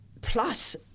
plus